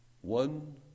One